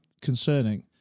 concerning